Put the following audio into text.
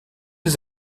des